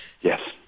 Yes